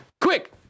quick